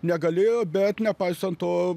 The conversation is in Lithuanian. negalėjo bet nepaisant to